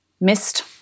missed